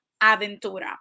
Aventura